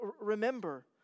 remember